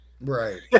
Right